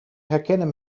herkennen